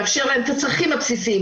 לאפשר להם את הצרכים הבסיסיים,